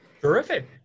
Terrific